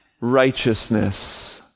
Righteousness